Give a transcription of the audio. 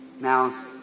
Now